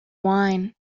wine